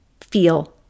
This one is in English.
feel